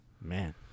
Man